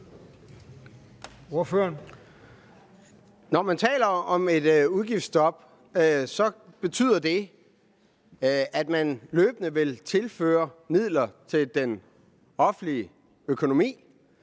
Når man taler om et udgiftsstop, så betyder det, at man løbende vil tilføre midler til den offentlige økonomi,